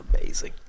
amazing